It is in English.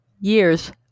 years